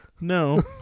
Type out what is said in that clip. no